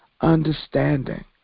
understanding